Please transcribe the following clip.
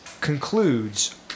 concludes